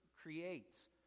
creates